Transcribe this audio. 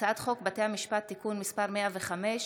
הצעת חוק בתי המשפט (תיקון מס' 105)